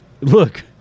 look